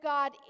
God